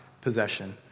Possession